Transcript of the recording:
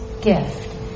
gift